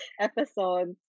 episodes